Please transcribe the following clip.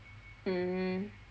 mmhmm